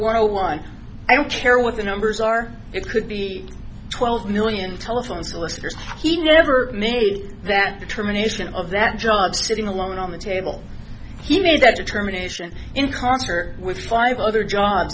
while one i don't care what the numbers are it could be twelve million telephone solicitors he never made that determination of that job sitting alone on the table he made that determination in concert with five other jobs